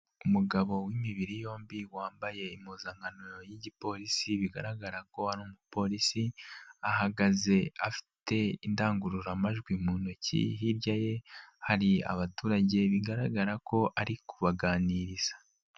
Umugabo w'imibiri yombi wambaye impuzankano y'igiporisi bigaragara ko ari umuporisi, ahagaze afite indangururamajwi mu ntoki, hirya ye hari abaturage bigaragara ko ari kubaganiriza.